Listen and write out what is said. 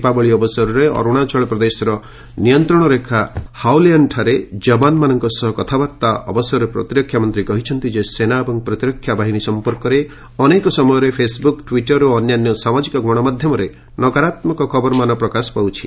ଦୀପାବଳି ଅବସରରେ ଅରୁଣାଚଳ ପ୍ରଦେଶର ନିୟନ୍ତ୍ରଣରେଖା ହାଉଲିଆନ୍ଠାରେ ଯବାନମାନଙ୍କ ସହ କଥାବାର୍ତ୍ତା ଅବସରରେ ପ୍ରତିରକ୍ଷାମନ୍ତ୍ରୀ କହିଛନ୍ତି ଯେ ସେନା ଏବଂ ପ୍ରତିରକ୍ଷା ବାହିନୀ ସଂପର୍କରେ ଅନେକ ସମୟରେ ଫେସ୍ବୁକ୍ ଟ୍ୱିଟର୍ ଓ ଅନ୍ୟାନ୍ୟ ସାମାଜିକ ଗଣମାଧ୍ୟମରେ ନକାରାତ୍ମକ ଖବର ପ୍ରକାଶ ପାଉଛି